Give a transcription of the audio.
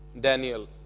Daniel